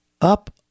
up